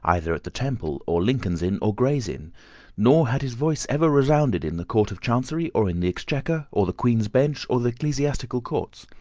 either at the temple, or lincoln's inn, or gray's inn nor had his voice ever resounded in the court of chancery, or in the exchequer, or the queen's bench, or the ecclesiastical courts.